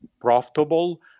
profitable